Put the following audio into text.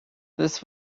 this